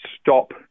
stop